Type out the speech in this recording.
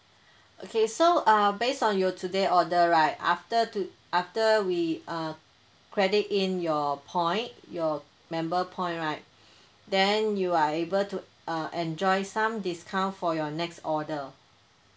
okay so uh based on your today order right after t~ after we uh credit in your point your member point right then you are able to uh enjoy some discount for your next order